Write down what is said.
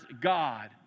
God